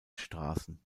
straßen